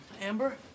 Amber